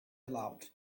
allowed